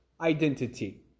identity